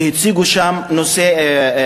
והציגו שם דוח,